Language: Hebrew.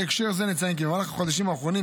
בהקשר זה נציין כי במהלך החודשים האחרונים,